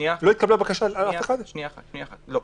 לא התקבלה בקשה מאף אחד?